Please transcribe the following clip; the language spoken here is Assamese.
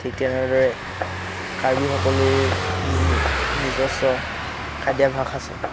ঠিক তেনেদৰে কাৰ্বি সকলৰো নিজ নিজস্ব খাদ্যভাস আছে